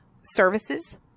services